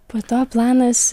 po to planas